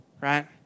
right